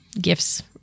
gifts